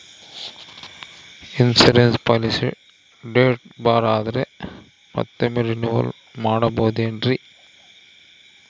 Insurance policy date bar ಆದರೆ ಮತ್ತೊಮ್ಮೆ renewal ಮಾಡಿಸಬಹುದೇ ಏನ್ರಿ?